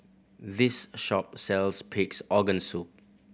this shop sells Pig's Organ Soup